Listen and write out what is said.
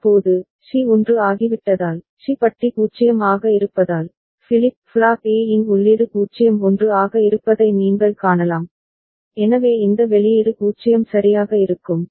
இப்போது சி 1 ஆகிவிட்டதால் சி பட்டி 0 ஆக இருப்பதால் ஃபிளிப் ஃப்ளாப் ஏ இன் உள்ளீடு 0 1 ஆக இருப்பதை நீங்கள் காணலாம் எனவே இந்த வெளியீடு 0 சரியாக இருக்கும்